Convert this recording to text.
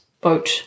boat